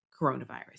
coronavirus